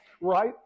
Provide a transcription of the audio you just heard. right